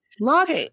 Lots